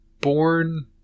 born